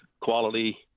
quality